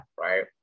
right